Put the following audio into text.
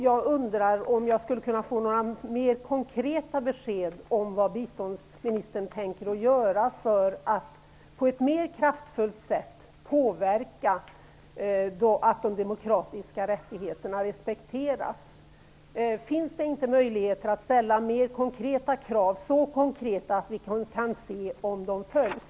Jag undrar om jag skulle kunna få några mer konkreta besked om vad biståndsministern tänker göra för att på ett mer kraftfullt sätt påverka respekten för de demokratiska rättigheterna. Finns det inte möjligheter att ställa mer konkreta krav, som är så konkreta att vi kan se om de följs?